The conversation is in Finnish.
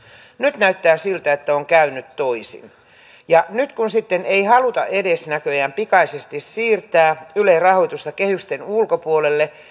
nyt näyttää siltä että on käynyt toisin nyt kun näköjään ei edes haluta pikaisesti siirtää yle rahoitusta kehysten ulkopuolelle